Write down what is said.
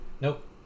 Nope